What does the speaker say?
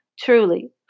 Truly